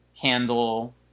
handle